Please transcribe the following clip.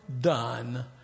done